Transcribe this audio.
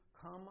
come